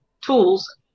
tools